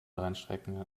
rennstrecken